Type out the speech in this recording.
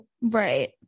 Right